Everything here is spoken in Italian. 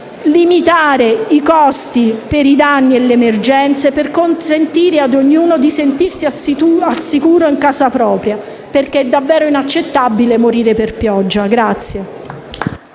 limitare i costi per i danni e le emergenze, per consentire ad ognuno di sentirsi al sicuro in casa propria, perché è davvero inaccettabile morire per pioggia.